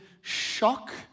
shock